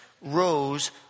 rose